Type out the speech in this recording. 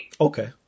okay